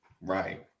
Right